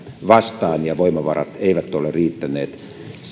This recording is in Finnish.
vastaan ja voimavarat eivät ole riittäneet